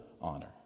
honor